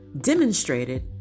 demonstrated